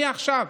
מעכשיו,